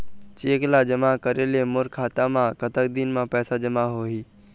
Cheque ला जमा करे ले मोर खाता मा कतक दिन मा पैसा जमा होही?